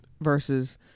versus